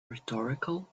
rhetorical